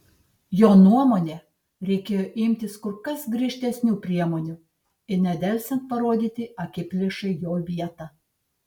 jo nuomone reikėjo imtis kur kas griežtesnių priemonių ir nedelsiant parodyti akiplėšai jo vietą